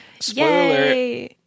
Spoiler